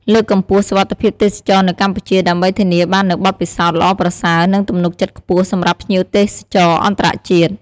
លើកកម្ពស់ សុវត្ថិភាពទេសចរណ៍នៅកម្ពុជា ដើម្បីធានាបាននូវបទពិសោធន៍ល្អប្រសើរ និងទំនុកចិត្តខ្ពស់សម្រាប់ភ្ញៀវទេសចរអន្តរជាតិ។